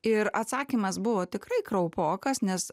ir atsakymas buvo tikrai kraupokas nes